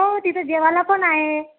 हो तिथं जेवायला पण आहे